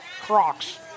Crocs